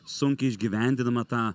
sunkiai išgyvendinama tą